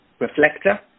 reflector